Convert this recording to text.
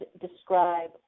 describe